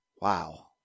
wow